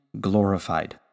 glorified